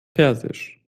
persisch